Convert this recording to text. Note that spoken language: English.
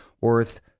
worth